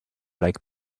black